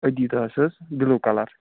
Adidas has blue colour